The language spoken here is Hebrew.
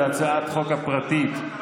על הצעת החוק הפרטית,